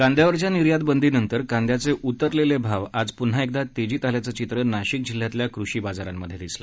काद्यांवरच्या निर्यात बंदीनंतर कांद्याचे उतरलेले भाव आज एकदा तेजीत आल्याचं चित्र नाशिक जिल्ह्यातल्या कृषी बाजारांमधे दिसलं